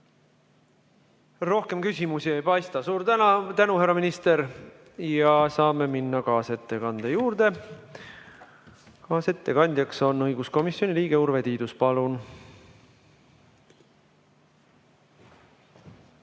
Rohkem küsimusi ei paista. Suur tänu, härra minister! Saame minna kaasettekande juurde. Kaasettekandjaks on õiguskomisjoni liige Urve Tiidus. Palun!